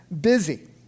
busy